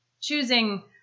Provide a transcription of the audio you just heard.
Choosing